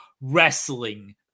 wrestling